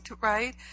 right